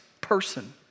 Person